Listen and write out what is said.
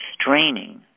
straining